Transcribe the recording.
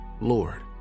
Lord